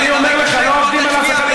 אני אומר לך, לא עובדים על אף אחד.